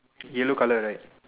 yellow color right